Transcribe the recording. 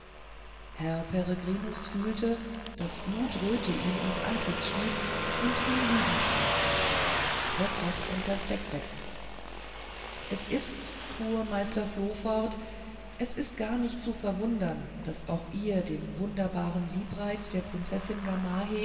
herr peregrinus fühlte daß glutröte ihm ins antlitz stieg und ihn lügen strafte er kroch unters deckbette es ist fuhr meister floh fort es ist gar nicht zu verwundern daß auch ihr dem wunderbaren liebreiz der prinzessin